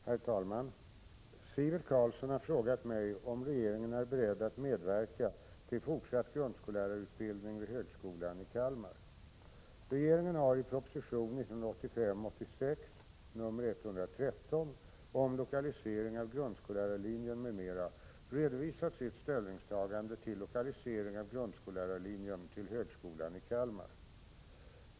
Herr talman! Sivert Carlsson har frågat mig om regeringen är beredd att medverka till fortsatt grundskollärarutbildning vid högskolan i Kalmar.